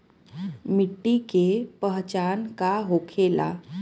मिट्टी के पहचान का होखे ला?